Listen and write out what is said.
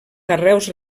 carreus